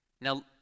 Now